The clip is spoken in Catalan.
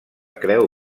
creu